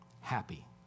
happy